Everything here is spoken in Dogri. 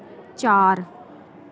चार